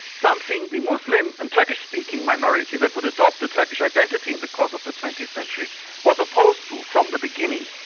something the muslim and turkish speaking minority that would adopt the turkish identity in the course of the twentieth century was opposed to from the beginning.